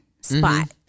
spot